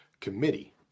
committee